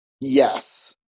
Yes